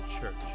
church